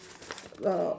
uhh